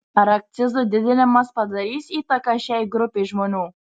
ar akcizų didinimas padarys įtaką šiai grupei žmonių